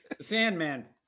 Sandman